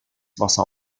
wasser